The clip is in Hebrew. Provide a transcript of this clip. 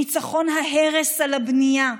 ניצחון ההרס על הבנייה.